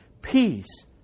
peace